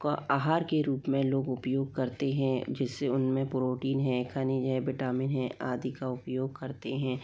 का आहार के रूप में लोग उपयोग करते हैं जैसे उनमें प्रोटीन है खनिज है विटामिन है आदि का उपयोग करते हैं